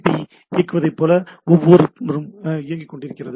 B I இயக்குவது போல எப்போதும் இயங்கிக்கொண்டிருக்கிறது